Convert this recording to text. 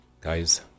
guys